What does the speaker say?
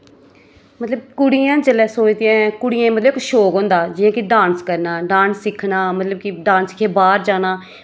मतलब कुड़ियां जिसलै सोचदियां कुड़ियें मतलब इक शौक होंदा जि'यां की डांस करना डांस सिक्खना मतलब की डांस के बाह्र जाना